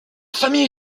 famille